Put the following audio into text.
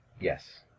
yes